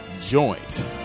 joint